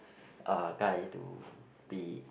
uh guy to be